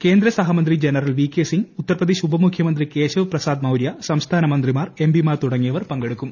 കേന്ദ്ര സഹമന്ത്രി ജനറൽ വി കെ സിംഗ് ഉത്തർപ്രദേശ് ഉപമുഖ്യമന്ത്രി കേശവ് പ്രസാദ് മൌര്യ സംസ്ഥാന മന്ത്രിമാർ എംപിമാർ തുടങ്ങിയവർ പങ്കെടുക്കും